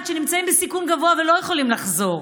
שנמצאים בסיכון גבוה ולא יכולים לחזור.